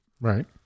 right